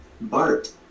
Bart